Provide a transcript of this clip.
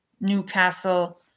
Newcastle